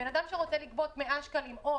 בן אדם שרוצה למשוך 100 שקלים משלם כמו